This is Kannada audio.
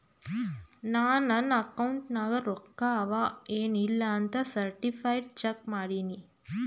ನಾ ನನ್ ಅಕೌಂಟ್ ನಾಗ್ ರೊಕ್ಕಾ ಅವಾ ಎನ್ ಇಲ್ಲ ಅಂತ ಸರ್ಟಿಫೈಡ್ ಚೆಕ್ ಮಾಡಿನಿ